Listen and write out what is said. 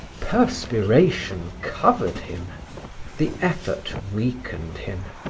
perspiration covered him the effort weakened him.